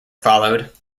followed